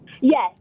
Yes